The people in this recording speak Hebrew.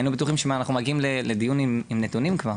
היינו בטוחים שאנחנו מגיעים לדיון עם נתונים כבר.